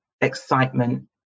excitement